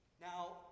Now